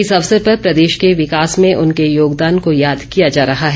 इस अवसर पर प्रदेश के विकास में उनके योगदान को याद किया जा रहा है